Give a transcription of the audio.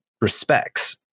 respects